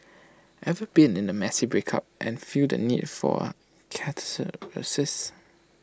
ever been in A messy breakup and feel the need for catharsis